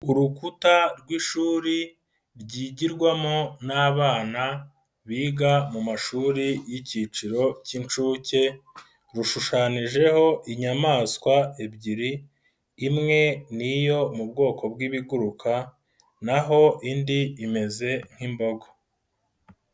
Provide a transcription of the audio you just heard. Ku rukuta rw'ishuri ryigirwamo n'abana biga mu mashuri y'ikiciro cy'inshuke, rushushananijeho inyamaswa ebyiri, imwe ni iyo mu bwoko bw'ibiguruka, naho indi imeze nk'imbogo.